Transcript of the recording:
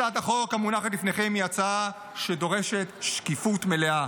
הצעת החוק המונחת לפניכם היא הצעה שדורשת שקיפות מלאה